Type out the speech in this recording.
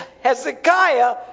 Hezekiah